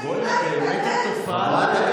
באמת את תופעת טבע.